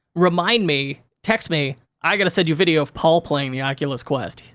remind me, text me, i gotta send you video of paul playing the oculus quest.